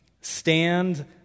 Stand